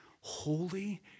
holy